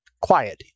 quiet